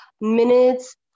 minutes